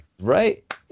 right